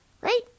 right